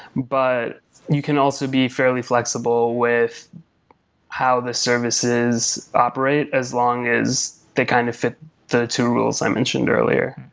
but you can also be fairly flexible with how the services operate as long as they kind of fit the two rules i mentioned earlier.